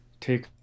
take